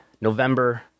November